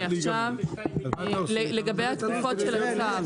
אני ממשיכה, לגבי התקופות של האוצר.